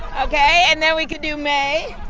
ok. and then we could do may.